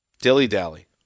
dilly-dally